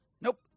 nope